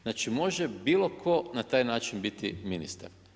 Znači može bilo tko na taj način biti ministar.